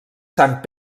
sant